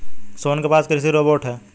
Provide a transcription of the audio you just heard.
सोहन के पास कृषि रोबोट है